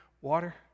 water